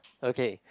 okay